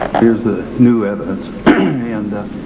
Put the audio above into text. here's the new evidence and